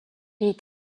est